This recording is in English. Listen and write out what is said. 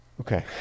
Okay